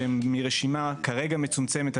מרשימה כרגע מצומצמת,